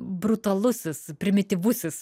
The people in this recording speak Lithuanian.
brutalusis primityvusis